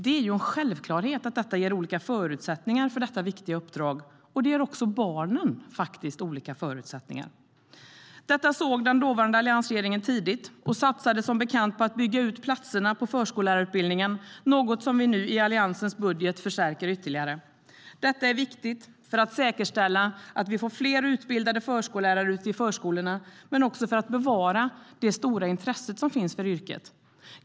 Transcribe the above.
Det är ju en självklarhet att detta ger olika förutsättningar för detta viktiga uppdrag, och det ger också barnen olika förutsättningar. Detta såg den dåvarande alliansregeringen tidigt och satsade som bekant på att bygga ut platserna på förskollärarutbildningen, något som vi nu i Alliansens budget förstärker ytterligare. Detta är viktigt för att säkerställa att vi får fler utbildade förskollärare ute i förskolorna men också för att bevara det stora intresset för yrket.